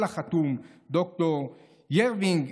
על החתום ד"ר ירווינג